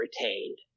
retained